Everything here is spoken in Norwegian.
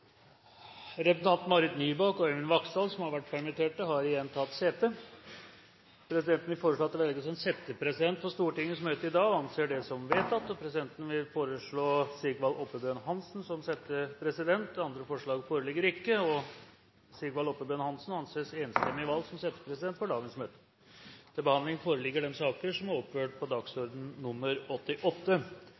Marit Nybakk og Øyvind Vaksdal, som har vært permittert, har igjen tatt sete. Presidenten vil foreslå at det velges en settepresident for Stortingets møte i dag – og anser det som vedtatt. Presidenten vil foreslå Sigvald Oppebøen Hansen. – Andre forslag foreligger ikke, og Sigvald Oppebøen Hansen anses enstemmig valgt som settepresident for dagens møte.